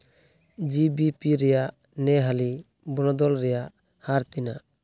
ᱡᱤ B P ᱨᱮᱭᱟᱜ ᱱᱮ ᱦᱟᱹᱞᱤ ᱵᱚᱱᱚᱫᱚᱞ ᱨᱮᱭᱟᱜ ᱦᱟᱨ ᱛᱤᱱᱟᱹᱜ